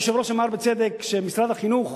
היושב-ראש אמר בצדק, שמשרד החינוך,